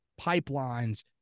pipelines